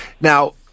Now